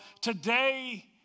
today